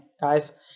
guys